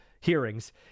hearings